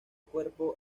cuerpo